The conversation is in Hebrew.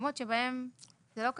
מהמקומות בהם זה לא כתוב.